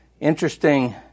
interesting